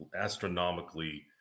astronomically